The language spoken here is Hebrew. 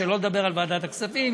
שלא לדבר על ועדת הכספים,